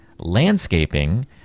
landscaping